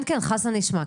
כן, חסן ישמע.